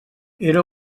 era